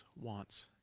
wants